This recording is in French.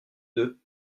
deux